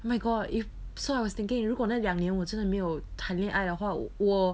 oh my god if so I was thinking 如果那两年我真的没有谈恋爱的话我